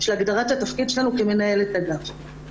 של הגדרת התפקיד שלנו כמנהלת אגף.